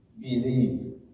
believe